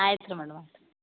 ಆಯ್ತು ರೀ ಮೇಡಮ್ ಆಯಿತು